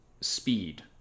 speed